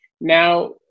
Now